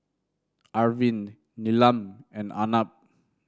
Arvind Neelam and Arnab